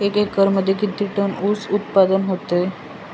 एका एकरमध्ये किती टन ऊस उत्पादन होतो?